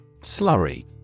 Slurry